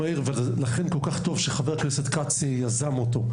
ולכן זה גם כל כך חשוב שחבר הכנסת כץ יזם אותו,